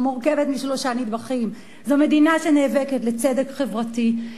מורכבת משלושה נדבכים: זו מדינה שנאבקת לצדק חברתי,